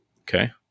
okay